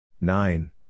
Nine